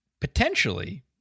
potentially